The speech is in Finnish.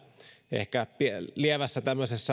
ehkä lievästi